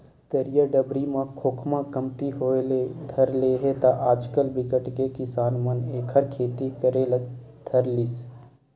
तरिया डबरी म खोखमा कमती होय ले धर ले हे त आजकल बिकट के किसान मन एखर खेती करे ले धर लिस